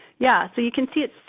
yeah. so you can see it's,